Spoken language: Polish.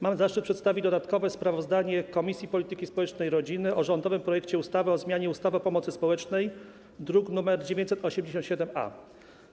Mam zaszczyt przedstawić dodatkowe sprawozdanie Komisji Polityki Społecznej i Rodziny o rządowym projekcie ustawy o zmianie ustawy o pomocy społecznej, druk nr 987-A.